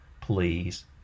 please